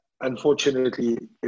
unfortunately